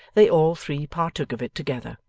they all three partook of it together.